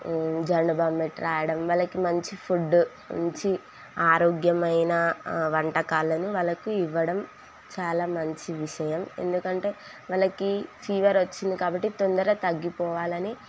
Zandu balm పెట్టి రాయడం వాళ్ళకి మంచి ఫుడ్డు మంచి ఆరోగ్యమైన వంటకాలను వాళ్ళకు ఇవ్వడం చాలా మంచి విషయం ఎందుకంటే వాళ్ళకి ఫీవర్ వచ్చింది కాబట్టి తొందర తగ్గిపోవాలని